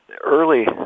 early